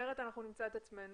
אחרת נמצא את עצמנו